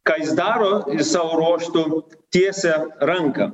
ką jis daro savo ruožtu tiesia ranką